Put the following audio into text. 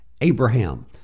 Abraham